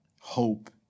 hope